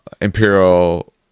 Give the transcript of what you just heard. Imperial